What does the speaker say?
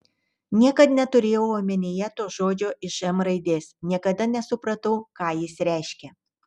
niekad neturėjau omenyje to žodžio iš m raidės niekada nesupratau ką jis reiškia